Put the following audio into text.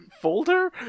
folder